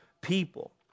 people